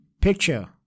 Picture